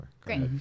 great